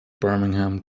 birmingham